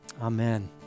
amen